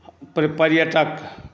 पर्यटक